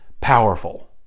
powerful